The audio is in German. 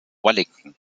wellington